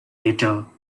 later